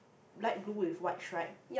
light blue with white stripe